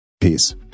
Peace